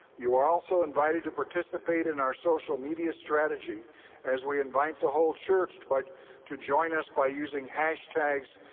you are also invited to participate in our social media strategy as we invite the whole church but to join us by using hashtags